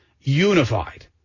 Unified